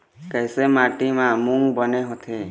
कइसे माटी म मूंग बने होथे?